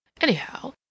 anyhow